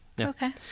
Okay